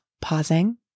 pausing